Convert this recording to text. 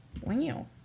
Wow